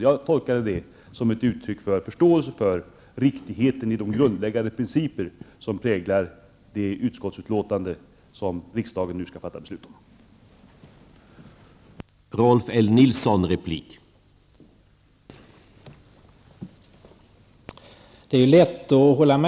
Jag tolkade det som ett uttryck för förståelse för riktigheten i de grundläggande principer som präglar det utskottsutlåtande som riksdagen nu skall ta ställning till.